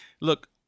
Look